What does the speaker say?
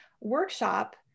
workshop